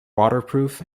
waterproof